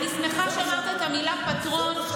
אני שמחה שאמרת את המילה פטרון.